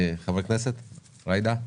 עוד מישהו מחברי הכנסת מבקש לדבר?